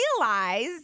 realize